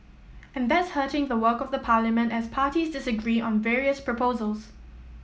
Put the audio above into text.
and that's hurting the work of the parliament as parties disagree on various proposals